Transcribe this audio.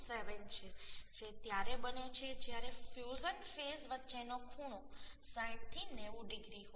7 છે જે ત્યારે બને છે જ્યારે ફ્યુઝન ફેસ વચ્ચેનો ખૂણો 60 થી 90 ડિગ્રી હોય